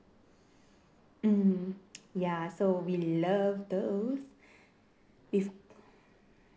mm ya so we love those if